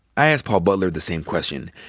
i asked paul butler the same question,